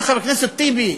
אבל, חבר הכנסת טיבי,